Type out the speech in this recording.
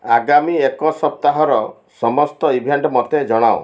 ଆଗାମୀ ଏକ ସପ୍ତାହର ସମସ୍ତ ଇଭେଣ୍ଟ ମୋତେ ଜଣାଅ